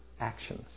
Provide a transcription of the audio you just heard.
actions